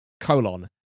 colon